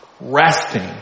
resting